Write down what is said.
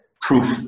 proof